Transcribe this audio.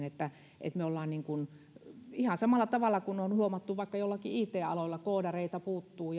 että me nyt sitten huomaamme ihan samalla tavalla kuin on on huomattu vaikka jollakin it alalla että koodareita puuttuu